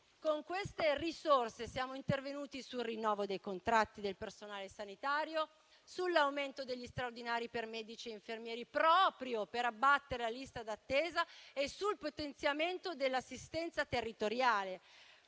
Con queste risorse siamo intervenuti sul rinnovo dei contratti del personale sanitario, sull'aumento degli straordinari per medici e infermieri proprio per abbattere la lista d'attesa e sul potenziamento dell'assistenza territoriale.